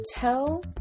tell